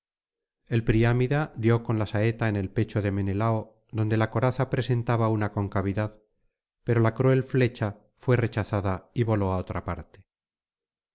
el priámida dio con la saeta en el pecho de menelao donde la coraza presentaba una concavidad pero la cruel flecha fué rechazada y voló á otra parte